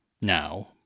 now